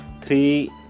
three